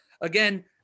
Again